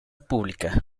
pública